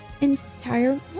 entire